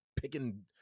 picking